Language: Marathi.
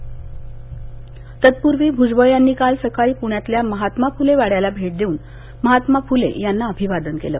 छगन भूजबळ तत्पूर्वी भूजबळ यांनी काल सकाळी पृण्यातल्या महात्मा फुले वाड्याला भेट देऊन महात्मा फुले यांना अभिवादन केलं